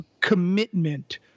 commitment